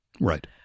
Right